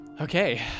okay